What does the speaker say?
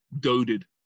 goaded